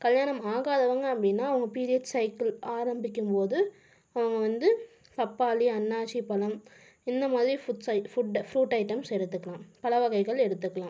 கல்யாணம் ஆகாதவங்கள் அப்படீன்னா அவங்க பீரியட் சைக்கிள் ஆரம்பிக்கும் போது அவங்க வந்து பப்பாளி அன்னாசிப் பழம் இந்தமாதிரி ஃபுட்ஸ் ஃபுட் ஃப்ரூட் ஐட்டம் எடுத்துக்கலாம் பழம் வகைகள் எடுத்துக்கலாம்